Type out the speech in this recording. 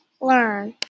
learn